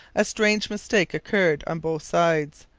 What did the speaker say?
a strange mistake occurred on both sides.